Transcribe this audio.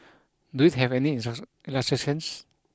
does it have any illustrations